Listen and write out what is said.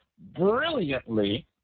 brilliantly